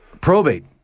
probate